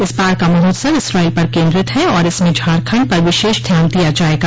इस बार का महोत्सव इस्राइल पर केंद्रित है और इसमें झारखंड पर विशेष ध्यान दिया जाएगा